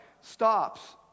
stops